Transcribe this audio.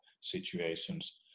situations